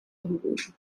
orgulho